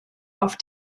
auf